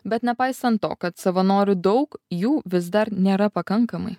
bet nepaisant to kad savanorių daug jų vis dar nėra pakankamai